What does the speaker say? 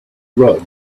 road